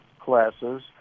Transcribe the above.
classes